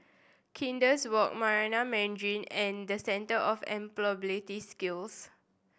Kandis Walk Marina Mandarin and Centre of Employability Skills